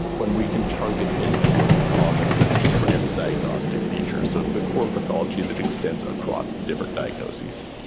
when we can target in towards the common transdiagnostic feature. so the core pathology that extends across the different diagnoses.